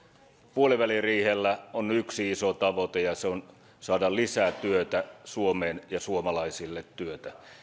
puoliväliriihellä on yksi iso tavoite ja se on saada lisää työtä suomeen ja suomalaisille työtä